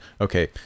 Okay